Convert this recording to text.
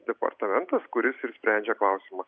departamentas kuris ir sprendžia klausimą